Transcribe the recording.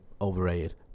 overrated